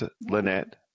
Lynette